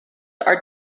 are